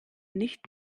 nicht